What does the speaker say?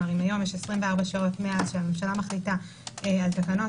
אם היום יש 24 שעות מאז שהממשלה מחליטה על התקנות